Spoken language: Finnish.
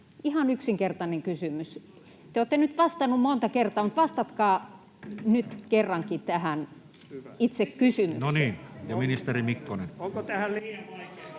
Ihan yksinkertainen kysymys. Te olette nyt vastannut monta kertaa, mutta vastatkaa nyt kerrankin tähän itse kysymykseen. [Ben Zyskowicz: Onko tähän liian vaikeata